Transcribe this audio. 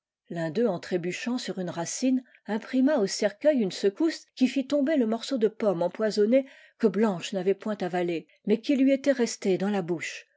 l'un d'eux en trébuchant sur une racine imprima au cercueil une secousse qui fit tomber le morceau de pomme empoisonné que blanche n'avait point avalé mais qui lui était resté dans la bouche